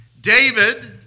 David